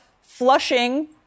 flushing